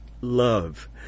love